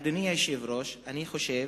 אדוני היושב-ראש, אני חושב